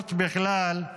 והספורט בכלל,